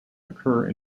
occur